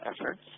efforts